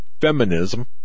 feminism